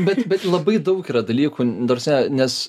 bet bet labai daug yra dalykų ta prasme nes